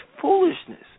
foolishness